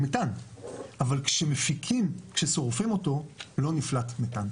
אבל כשמפיקים, כששורפים אותו, לא נפלט מתאן.